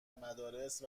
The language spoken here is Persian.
مدارس